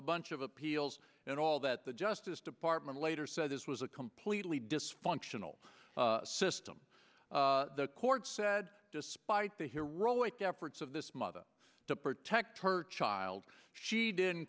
a bunch of appeals and all that the justice department later said this was a completely dysfunctional system the court said despite the heroic efforts of this mother to protect her child she didn't